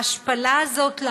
ההשפלה הזאת,